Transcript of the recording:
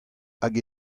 hag